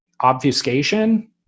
obfuscation